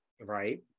Right